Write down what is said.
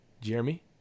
Jeremy